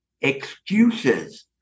excuses